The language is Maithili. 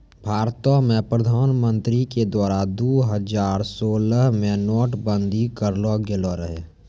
भारतो मे प्रधानमन्त्री के द्वारा दु हजार सोलह मे नोट बंदी करलो गेलो रहै